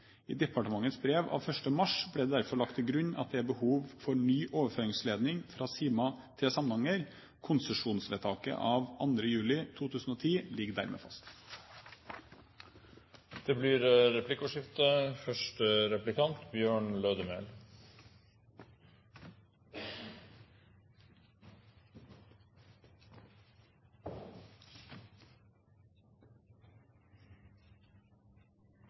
I departementets brev av 1. mars ble det derfor lagt til grunn at det er behov for en ny overføringsledning fra Sima til Samnanger. Konsesjonsvedtaket av 2. juli 2010 ligger dermed fast. Det blir replikkordskifte.